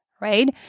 right